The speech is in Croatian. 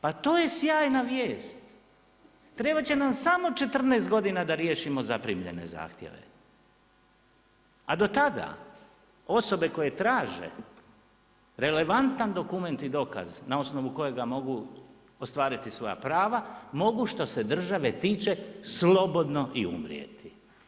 Pa to je sjajna vijest, trebat će nam samo 14 godina da riješimo zaprimljene zahtjeve, a do tada osobe koje traže relevantan dokument i dokaz na osnovu kojega mogu ostvariti svoja prava, mogu što se države tiče slobodno i u mrijeti.